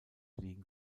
liegen